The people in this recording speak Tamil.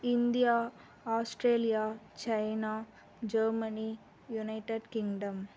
India Australia China Germany United kingdom